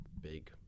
big